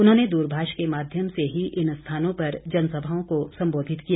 उन्होंने दूरभाष के माध्यम से ही इन स्थानों पर जनसभाओं को संबोधित किया